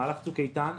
במהלך צוק איתן,